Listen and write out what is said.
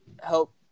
help